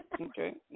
Okay